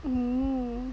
um